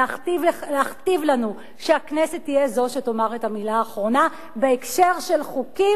להכתיב לנו שהכנסת תהיה זו שתאמר את המלה האחרונה בהקשר של חוקים